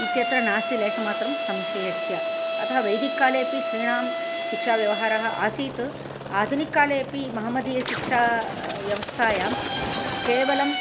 इत्यत्र नास्ति लेशमात्रं संशयस्य अतः वैदिककाले अपि स्त्रीणां शिक्षाव्यवहारः आसीत् आधुनिककाले अपि महमदीयसिक्षाव्यवस्थायां केवलं